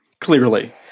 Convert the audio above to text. clearly